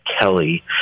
Kelly